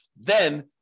then-